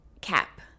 Cap